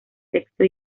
texto